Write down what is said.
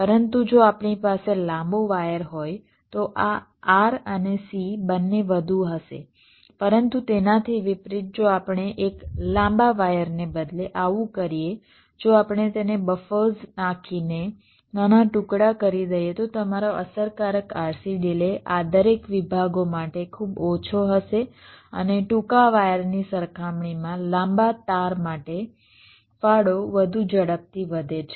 પરંતુ જો આપણી પાસે લાંબો વાયર હોય તો આ R અને C બંને વધુ હશે પરંતુ તેનાથી વિપરીત જો આપણે એક લાંબા વાયરને બદલે આવું કરીએ જો આપણે તેને બફર્સ નાખીને નાના ટુકડા કરી દઈએ તો તમારો અસરકારક RC ડિલે આ દરેક વિભાગો માટે ખૂબ ઓછો હશે અને ટૂંકા વાયરની સરખામણીમાં લાંબા તાર માટે ફાળો વધુ ઝડપથી વધે છે